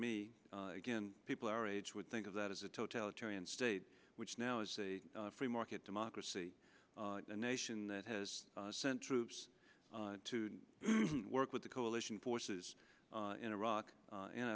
me again people our age would think of that as a totalitarian state which now is a free market democracy a nation that has sent troops to work with the coalition forces in iraq and